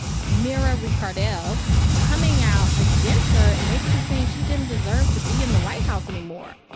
mira ricardel coming out against her and basically saying she didn't deserve to be in the white house anymore,